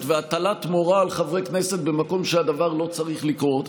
והטלת מורא על חברי כנסת במקום שהדבר לא צריך לקרות.